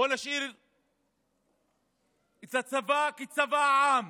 בואו נשאיר את הצבא כצבא העם.